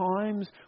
times